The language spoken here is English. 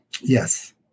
yes